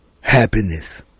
happiness